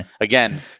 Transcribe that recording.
Again